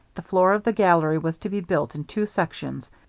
the floor of the gallery was to be built in two sections,